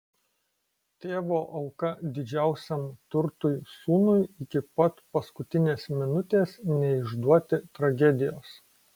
tėvo auka didžiausiam turtui sūnui iki pat paskutinės minutės neišduoti tragedijos